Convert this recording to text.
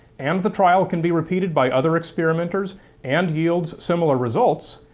and the trial can be repeated by other experimenters and yields similar results,